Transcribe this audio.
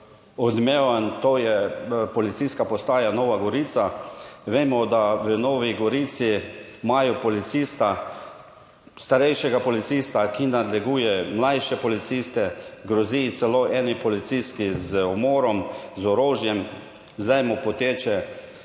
odmeven, to je policijska postaja Nova Gorica. Vemo, da v Novi Gorici imajo policista, starejšega policista, ki nadleguje mlajše policiste, grozi celo eni policist z umorom, z orožjem, zdaj mu poteče